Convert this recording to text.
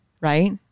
Right